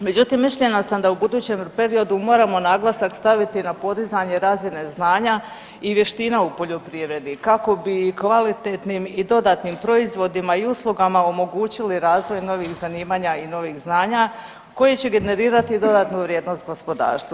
Međutim, mišljenja sam da u budućem periodi moram naglasak staviti na podizanje razine znanja i vještina u poljoprivredi kako bi kvalitetnim i dodatnim proizvodima i uslugama omogućili razvoj novih zanimanja i novih znanja u koje će generirati dodatnu vrijednost gospodarstvu.